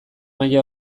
maila